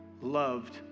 loved